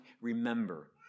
remember